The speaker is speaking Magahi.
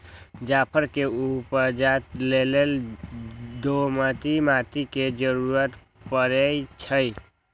जाफर के उपजा लेल दोमट माटि के जरूरी परै छइ